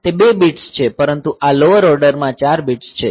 તે 2 બિટ્સ છે પરંતુ આ લોવર ઓર્ડરમાં 4 બિટ્સ છે